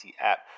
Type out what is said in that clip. app